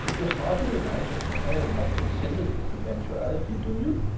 you hardly imagine that i have not considered this eventuality, do you?